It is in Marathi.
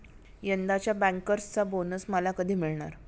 यंदाच्या बँकर्सचा बोनस मला कधी मिळणार?